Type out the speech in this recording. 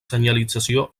senyalització